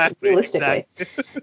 realistically